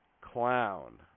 Clown